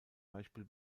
beispiel